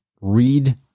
read